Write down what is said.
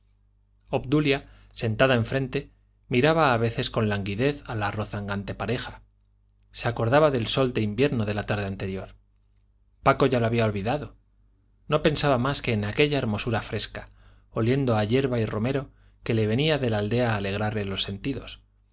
obdulia sentada enfrente miraba a veces con languidez a la rozagante pareja se acordaba del sol de invierno de la tarde anterior paco ya lo había olvidado no pensaba más que en aquella hermosura fresca oliendo a yerba y romero que le venía de la aldea a alegrarle los sentidos